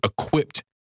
equipped